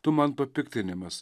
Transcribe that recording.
tu man papiktinimas